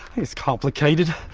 it's complicated.